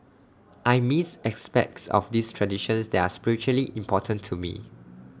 I missed aspects of these traditions that are spiritually important to me